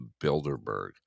Bilderberg